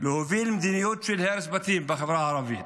להוביל מדיניות של הרס בתים בחברה הערבית.